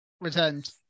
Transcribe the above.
returned